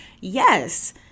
Yes